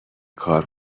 کار